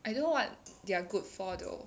I don't know what they're good for though